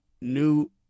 new